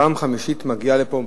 ופעם חמישית מגיעה לפה,